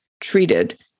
treated